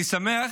אני שמח